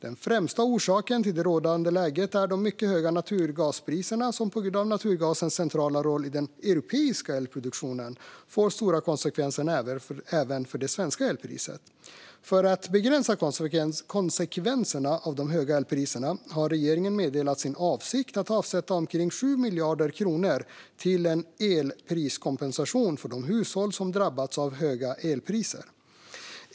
Den främsta orsaken till det rådande läget är de mycket höga naturgaspriserna som på grund av naturgasens centrala roll i den europeiska elproduktionen får stora konsekvenser även för det svenska elpriset. För att begränsa konsekvenserna av de höga elpriserna har regeringen meddelat sin avsikt att avsätta omkring 7 miljarder kronor till en elpriskompensation för de hushåll som drabbats av höga elpriser.